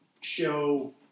show